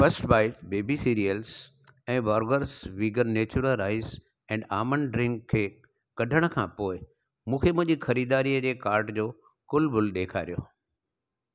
first bite baby cereals ऐं Borges vegan Natura rice and almond drink खे कढण खां पोइ मूंखे मुंहिंजी खरीदारी जे कार्ट जो कुल बिल ॾेखारियो